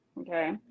okay